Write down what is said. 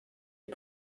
est